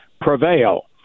prevail